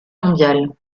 mondiale